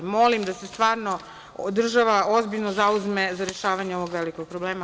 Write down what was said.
Molim da se stvarno država ozbiljno zauzme za rešavanje ovog velikog problema.